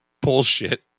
bullshit